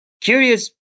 Curious